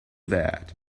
that